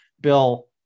Bill